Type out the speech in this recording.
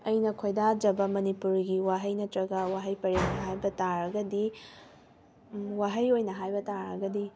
ꯑꯩꯅ ꯈꯣꯏꯗꯥꯖꯕ ꯃꯅꯤꯄꯨꯔꯤꯒꯤ ꯋꯥꯍꯩ ꯅꯠꯇ꯭ꯔꯒ ꯋꯥꯍꯩ ꯄꯔꯦꯡ ꯍꯥꯏꯕ ꯇꯥꯔꯒꯗꯤ ꯋꯥꯍꯩ ꯑꯣꯏꯅ ꯍꯥꯏ ꯇꯥꯔꯒꯗꯤ